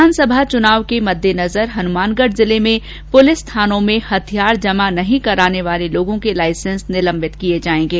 विधानसभा चुनाव के मददेनजर हनुमानगढ़ जिले में पुलिस थानों में हथियार जमा नहीं कराने वाले लोगों के लाइसेंस निलंबित किये जायेंगे